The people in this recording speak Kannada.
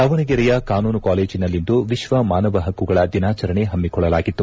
ದಾವಣಗೆರೆಯ ಕಾನೂನು ಕಾಲೇಜಿನಲ್ಲಿಂದು ವಿಶ್ವ ಮಾನವ ಪಕ್ಕುಗಳ ದಿನಾಚರಣೆ ಹಮ್ಮಕೊಳ್ಳಲಾಗಿತ್ತು